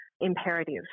imperative